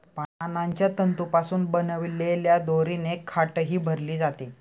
पानांच्या तंतूंपासून बनवलेल्या दोरीने खाटही भरली जाते